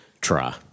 try